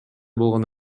болгон